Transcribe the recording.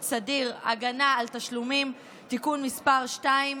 סדיר (הגנה על תשלומים) (תיקון מס' 2),